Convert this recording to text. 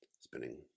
Spinning